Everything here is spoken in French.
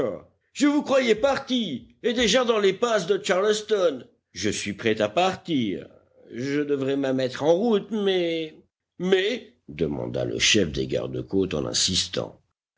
je vous croyais parti et déjà dans les passes de charleston je suis prêt à partir je devrais même être en route mais ais demanda le chef des gardes côtes en insistant